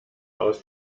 aus